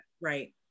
Right